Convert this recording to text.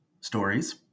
stories